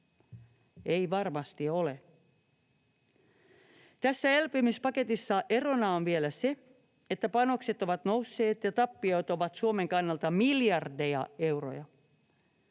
Ei varmasti ole. Tässä elpymispaketissa erona on vielä se, että panokset ovat nousseet ja tappiot ovat Suomen kannalta miljardeja euroja.